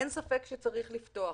אין ספק שצריך לפתוח,